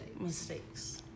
mistakes